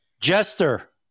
Jester